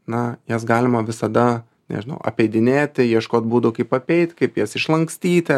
na jas galima visada nežinau apeidinėti ieškot būdų kaip apeit kaip jas išlankstyti